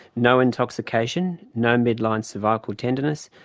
no intoxication, no midline cervical tenderness,